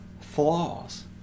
flaws